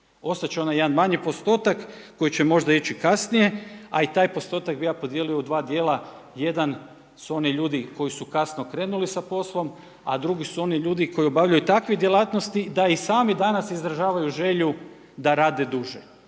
Ostat će onaj jedan manji postotak koji će možda ići kasnije a i taj postotak bi ja podijelio u dva djela, jedan su oni ljudi koji su kasno krenuli sa poslom a drugi su oni ljudi koji obavljaju takve djelatnosti da i sami danas izražavaju želju da rade duže.